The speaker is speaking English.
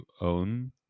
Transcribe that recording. own